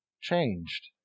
changed